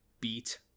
beat